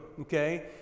okay